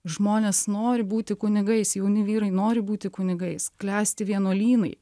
žmonės nori būti kunigais jauni vyrai nori būti kunigais klesti vienuolynai